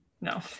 No